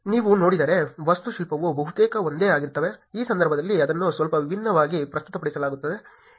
ನೀವು ನೋಡಿದರೆ ವಾಸ್ತುಶಿಲ್ಪವು ಬಹುತೇಕ ಒಂದೇ ಆಗಿರುತ್ತದೆ ಈ ಸಂದರ್ಭದಲ್ಲಿ ಅದನ್ನು ಸ್ವಲ್ಪ ವಿಭಿನ್ನವಾಗಿ ಪ್ರಸ್ತುತಪಡಿಸಲಾಗುತ್ತದೆ